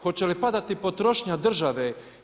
Hoće li padati potrošnja države?